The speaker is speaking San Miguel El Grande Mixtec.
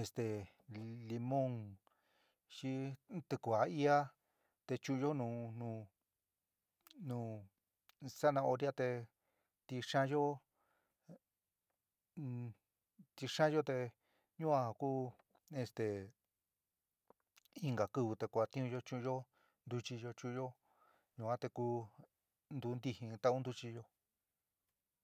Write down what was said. este limon xi in tikuaa ia te chu'unyo nu nu zanahoria te tixaányo tixaányo te ñua ku este inka kiu te kuatiunyo chu'unyo ntuchiyo chunnyo ñua te ku ntuntijɨn in tau ntuchiyo.